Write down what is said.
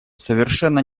совершенно